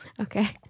Okay